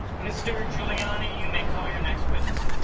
mr. giuliani, you may call your next witness.